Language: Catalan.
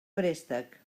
préstec